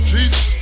Jesus